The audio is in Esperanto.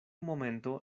momento